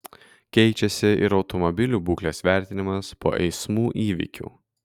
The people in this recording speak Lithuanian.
keičiasi ir automobilių būklės vertinimas po eismų įvykių